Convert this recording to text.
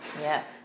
Yes